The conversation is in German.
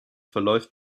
verläuft